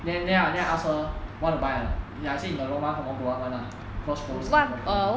then then then I ask her want to buy or not I say in the long run won't go up [one] lah cause goes up before it comes down